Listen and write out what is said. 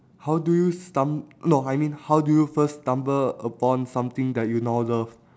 how do you stum~ no I mean how do you first stumble upon something that you now love